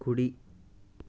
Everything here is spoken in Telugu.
కుడి